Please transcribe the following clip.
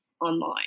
online